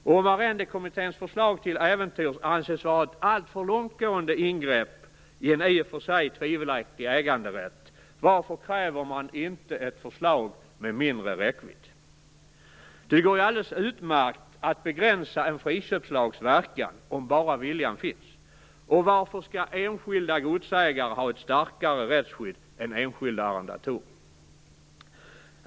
Och om Arrendekommitténs förslag till äventyrs anses vara ett alltför långtgående ingrepp i en i och för sig tvivelaktig äganderätt, varför kräver man inte ett förslag med mindre räckvidd? Det går ju alldeles utmärkt att begränsa en friköpslags verkan, om bara viljan finns. Och varför skall enskilda godsägare ha ett starkare rättsskydd än enskilda arrendatorer?